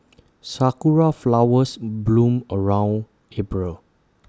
Sakura Flowers bloom around April